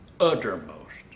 uttermost